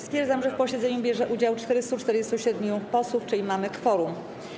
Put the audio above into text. Stwierdzam, że w posiedzeniu bierze udział 447 posłów, czyli mamy kworum.